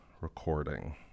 recording